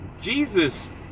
Jesus